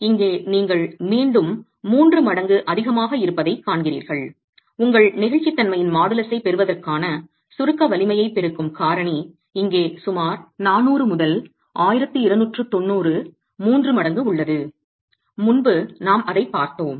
எனவே இங்கே நீங்கள் மீண்டும் 3 மடங்கு அதிகமாக இருப்பதைக் காண்கிறீர்கள் உங்கள் நெகிழ்ச்சித்தன்மையின் மாடுலஸைப் பெறுவதற்கான சுருக்க வலிமையைப் பெருக்கும் காரணி இங்கே சுமார் 400 முதல் 1290 3 மடங்கு உள்ளது முன்பு நாம் அதைப் பார்த்தோம்